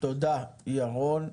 תודה ירון.